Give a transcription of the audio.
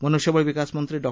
मनुष्यबळ विकासमंत्री डॉ